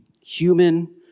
human